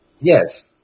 Yes